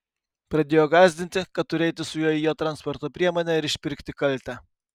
pradėjo gąsdinti kad turiu eiti su juo į jo transporto priemonę ir išpirkti kaltę